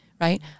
right